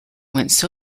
went